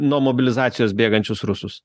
nuo mobilizacijos bėgančius rusus